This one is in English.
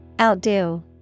Outdo